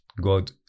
God